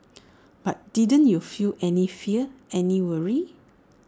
but didn't you feel any fear any worry